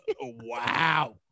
Wow